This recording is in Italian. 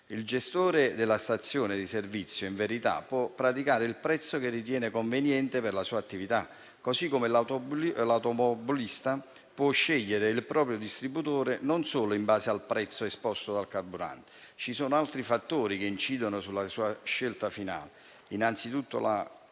Il gestore della stazione di servizio, in verità, può praticare il prezzo che ritiene conveniente per la sua attività, così come l'automobilista può scegliere il proprio distributore non solo in base al prezzo del carburante esposto. Ci sono altri fattori che incidono sulla sua scelta finale: innanzitutto, la